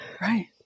right